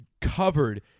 covered